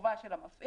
חובה של המפעיל.